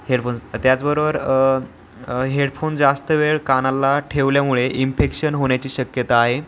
headphones त्याचबरोबर headphone जास्त वेळ कानाला ठेवल्यामुळे इंफेक्शन होण्याची शक्यता आहे